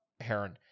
Heron